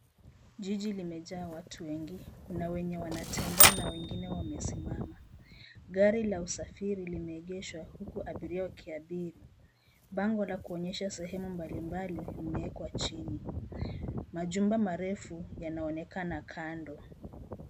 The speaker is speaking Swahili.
Jiji limejaa watu wengi, kuna wenye wanatembea na wengine wamesimama. Gari la usafiri limeegeshwa huku abiria wakiabiri. Bango la kuonyesha sehemu mbalimbali limekwa chini. Majumba marefu yanaonekana kando.